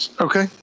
okay